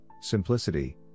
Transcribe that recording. simplicity